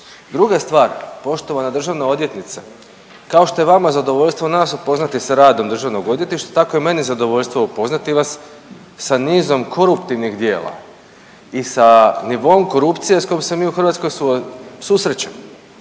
Druga stvar, poštovana državna odvjetnice kao što je vama zadovoljstvo nas upoznati sa radom državnog odvjetništva tako je meni zadovoljstvo upoznati vas sa nizom koruptivnih djela i sa nivoom korupcije s kojom se mi u Hrvatskoj susrećemo.